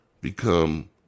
become